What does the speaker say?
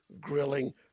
grilling